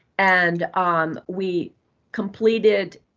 and um we completed,